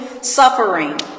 suffering